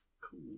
Cool